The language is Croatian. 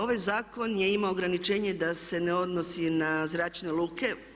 Ovaj zakon je imao ograničenje da se ne odnosi na zračne luke.